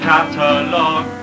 Catalog